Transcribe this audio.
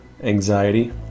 anxiety